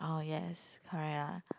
oh yes correct lah